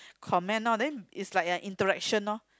comment loh then is like interaction loh